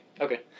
Okay